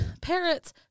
parrots